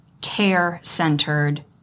care-centered